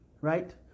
Right